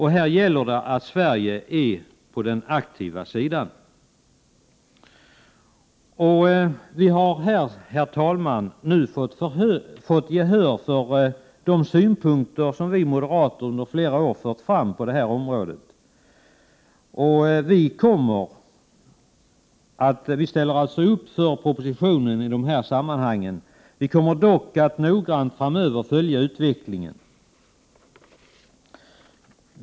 Här gäller det att Sverige är aktivt. Vi har här, herr talman, fått gehör för de synpunkter som vi moderater i flera år fört fram på detta område. Vi ställer alltså upp för propositionen i dessa sammanhang. Vi kommer dock att noga följa utvecklingen framöver.